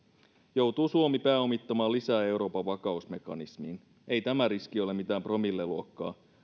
joutuu suomi pääomittamaan lisää euroopan vakausmekanismiin ei tämä riski ole mitään promilleluokkaa